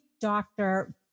doctor